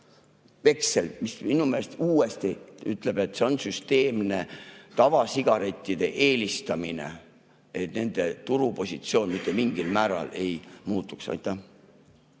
veksli ette. Minu meelest see uuesti näitab, et see on süsteemne tavasigarettide eelistamine, [soov], et nende turupositsioon mingil määral ei muutuks.